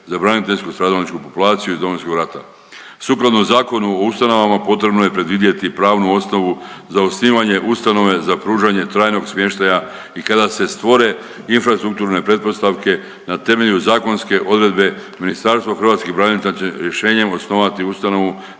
za braniteljsko-stradalničku populaciju iz Domovinskog rata. Sukladno Zakonu o ustanovama potrebno je predvidjeti pravnu osnovu za osnivanje ustanove za pružanje trajnog smještaja i kada se stvore infrastrukturne pretpostavke na temelju zakonske odredbe Ministarstvo hrvatskih branitelja će rješenjem osnovati ustanovu